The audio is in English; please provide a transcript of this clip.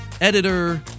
editor